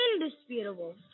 Indisputable